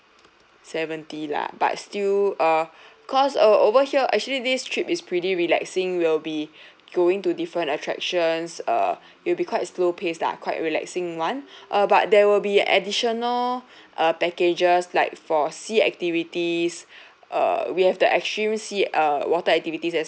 seventy lah but still uh cause uh over here actually this trip is pretty relaxing we'll be going to different attractions uh it'll be quite slow paced lah quite relaxing [one] uh but there will be additional uh packages like for sea activities uh we have the extreme sea uh water activities as